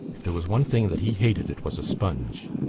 if there was one thing that he hated it was a sponge.